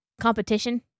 competition